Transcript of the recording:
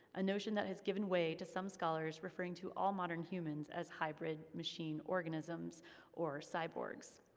a notion that has given away to some scholars referring to all modern humans as hybrid machine organisms or cyborgs.